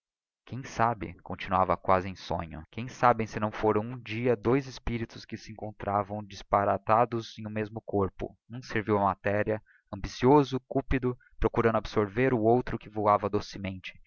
quem sabe continuava quasi em sonho quem sabe si não foram um dia dois espíritos que se encontraram disparatados em um mesmo corpo um servil á matéria ambicioso cúpido procurando absorver o outro que voava docemente